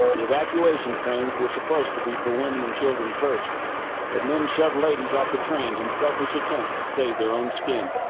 ah evacuation trains were supposed to be for women and children first but men shove ladies off the trains and selfish attempts to save their own skin